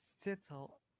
settle